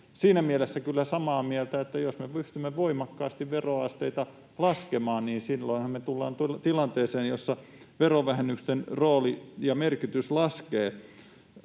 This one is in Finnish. siinä mielessä kyllä samaa mieltä, että jos me pystymme voimakkaasti veroasteita laskemaan, niin silloinhan me tullaan todella tilanteeseen, jossa verovähennysten rooli ja merkitys laskevat.